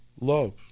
love